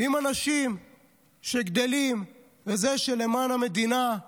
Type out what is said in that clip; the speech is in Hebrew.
עם אנשים שגדלים על זה שלמען המדינה,